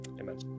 amen